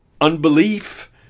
unbelief